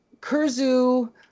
Kurzu